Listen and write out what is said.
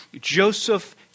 Joseph